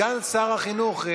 סגן שר החינוך,